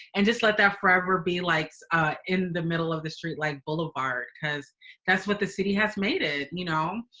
and just let that forever be like in the middle of the street like boulevard, cause that's what the city has made it. you know,